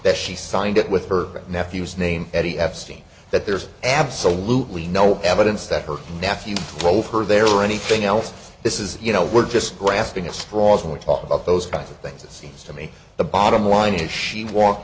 that she signed it with her nephew's name at the epstein that there's absolutely no evidence that her nephew drove her there or anything else this is you know we're just grasping at straws when we talk about those kinds of things it seems to me the bottom line is she walked